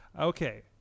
okay